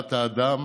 לאהבת אדם